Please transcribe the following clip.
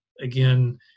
again